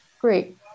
Great